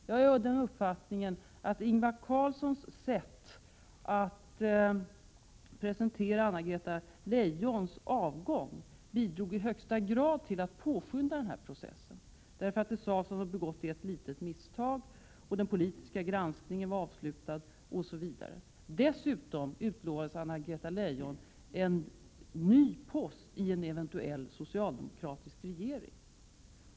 Jag är av den uppfattningen att Ingvar Carlssons sätt att presentera Anna-Greta Leijons avgång i högsta grad bidrog till att påskynda denna process. Det sades att hon begått ett litet misstag och att den politiska granskningen var avslutad osv. Dessutom utlovades Anna-Greta Leijon en ny post i en eventuell ny socialdemokratisk regering.